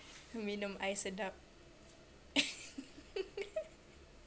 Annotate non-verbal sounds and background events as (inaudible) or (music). minum air sedap (laughs)